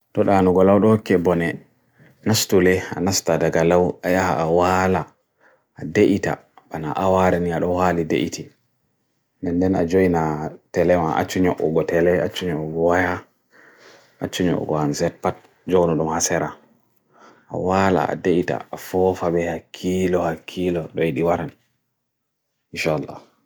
To danugolaw do ke bone, nastu le, nasta dagalaw ayaha awala, adeyita bana awarini aloha li deiti. Men den ajoyna telewa, ajunyo ugo tele, ajunyo ugo ayah, ajunyo ugo han zed pat, jono do hasera. Awala adeyita, fofabeha keeloha keeloh, doi di waran. Isha Allah.